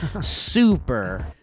Super